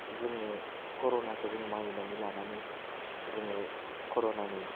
जोङो कर'नाखौ जों मानिनानै लानानै जोङो कर'नानि